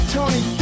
Tony